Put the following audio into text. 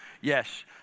Yes